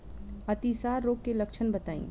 अतिसार रोग के लक्षण बताई?